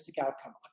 outcome